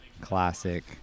Classic